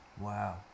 Wow